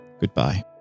goodbye